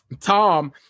Tom